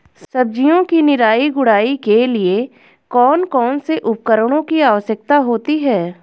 सब्जियों की निराई गुड़ाई के लिए कौन कौन से उपकरणों की आवश्यकता होती है?